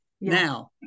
now